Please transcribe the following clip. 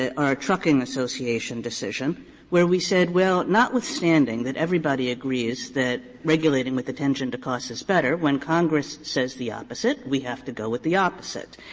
ah our trucking association decision where we said, well, notwithstanding that everybody agrees that regulating with attention to costs is better, when congress says the opposite we have to go with the opposite.